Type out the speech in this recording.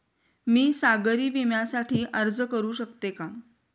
मी सागरी विम्यासाठी अर्ज करू शकते का?